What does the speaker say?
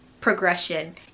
progression